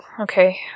okay